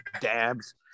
dabs